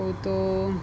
કહું તો